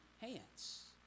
hands